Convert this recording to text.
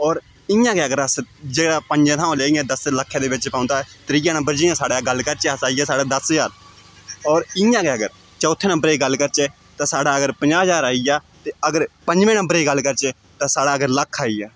होर इ'यां गै अगर अस जे पंजे थमां लेइयै दस लक्खें दे बेच्च पौंदा ऐ त्रीआ नम्बर जियां साढ़ै गल्ल करचै अस आई गेआ साढ़ा दस ज्हार होर इ'यां गै अगर चौथे नम्बरै दी गल्ल करचै ते साढ़ा अगर पंजाह् ज्हार आई गेआ ते अगर पंजमें नम्बर दी गल्ल करचै तां साढ़ा अगर लक्ख आई गेआ